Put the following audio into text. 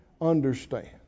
understand